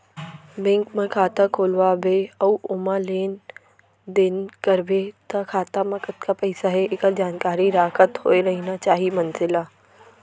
bank म खाता खोलवा बे अउ ओमा लेन देन करबे त खाता म कतका पइसा हे एकर जानकारी राखत होय रहिना चाही मनसे ल